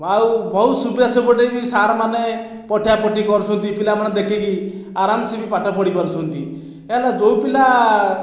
ଆଉ ବହୁତ ସୁବିଧା ସେପଟେ ବି ସାର୍ମାନେ ପଠାପଠି କରୁଛନ୍ତି ପିଲାମାନେ ଦେଖିକି ଆରାମସେ ବି ପାଠ ପଢ଼ି ପାରୁଛନ୍ତି କାହିଁକିନା ଯେଉଁ ପିଲା